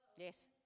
Yes